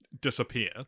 disappear